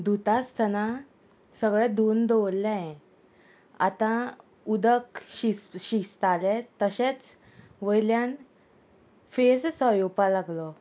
धुयता आसतना सगळें धुवून दवरलें आतां उदक शिस शिजताले तशेंच वयल्यान फेस सो येवपाक लागलो